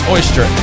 Oyster